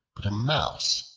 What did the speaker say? but a mouse,